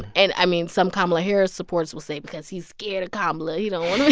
and, i mean, some kamala harris supporters will say because he's scared of kamala, you know?